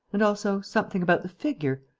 and also something about the figure,